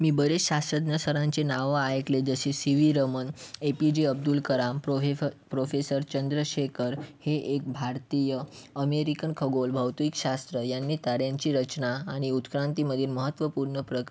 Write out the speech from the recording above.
मी बरेच शास्त्रज्ञ सरांचे नावं आयकले आहेत जसे C V Raman A P J Abdul Kalam प्रोहेफ प्रोफेसर चंद्रशेकर हे एक भारतीय अमेरिकन खगोल भौतिक शास्त्र यांनी ताऱ्यांची रचना आणि उत्क्रांतीमधील महत्त्वपूर्ण प्रक